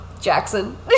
Jackson